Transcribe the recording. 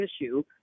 issue